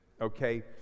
okay